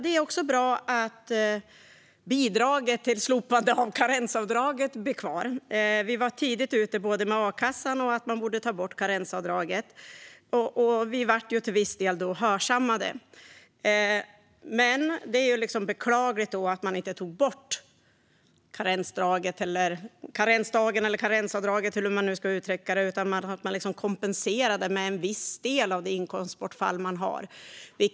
Det är också bra att bidraget till slopandet av karensdraget blir kvar. Vi var tidigt ute både med a-kassan och att man borde ta bort karensavdraget. Vi blev till viss del hörsammade. Det är beklagligt att man inte tog bort karensdagen, karensavdraget, eller hur man nu ska uttrycka det, utan kompenserade med en viss del av det inkomstbortfall som människor har.